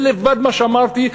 מה שאמרתי,